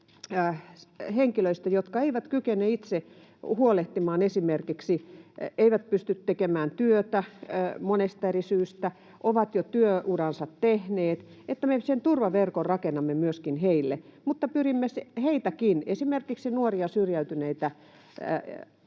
henkilöistä, jotka eivät kykene itse huolehtimaan, esimerkiksi eivät pysty tekemään työtä monesta eri syystä, ovat jo työuransa tehneet. Me rakennamme sen turvaverkon myöskin heille. Yritämme auttaa heitäkin, esimerkiksi nuoria syrjäytyneitä